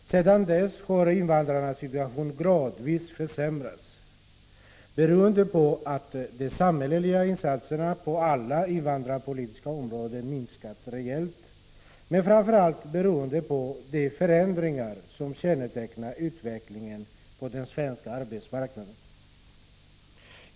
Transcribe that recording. Sedan dess har invandrarnas situation gradvis försämrats, beroende dels på att de samhälleliga insatserna på alla invandrarpolitiska områden har minskat reellt men framför allt på den förändring som kännetecknat utvecklingen på den svenska arbetsmarknaden.